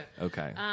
Okay